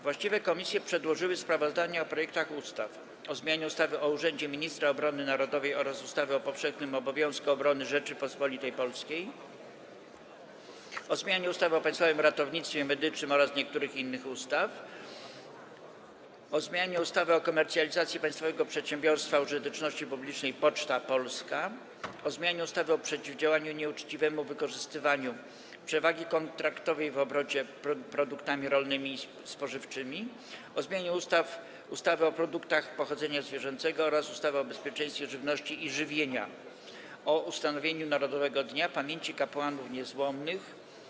Właściwe komisje przedłożyły sprawozdania o projektach ustaw: - o zmianie ustawy o urzędzie Ministra Obrony Narodowej oraz ustawy o powszechnym obowiązku obrony Rzeczypospolitej Polskiej, - o zmianie ustawy o Państwowym Ratownictwie Medycznym oraz niektórych innych ustaw, - o zmianie ustawy o komercjalizacji państwowego przedsiębiorstwa użyteczności publicznej „Poczta Polska”, - o zmianie ustawy o przeciwdziałaniu nieuczciwemu wykorzystywaniu przewagi kontraktowej w obrocie produktami rolnymi i spożywczymi, - o zmianie ustawy o produktach pochodzenia zwierzęcego oraz ustawy o bezpieczeństwie żywności i żywienia, - o ustanowieniu Narodowego Dnia Pamięci Kapłanów Niezłomnych.